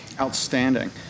outstanding